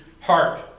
heart